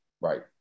right